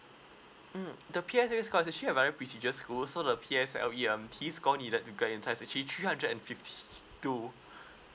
mm the P_F_A scholarship are very prestigious school so the P_S_L_E um t score needed to go inside actually three hundred and fifty two